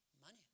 Money